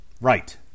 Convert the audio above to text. Right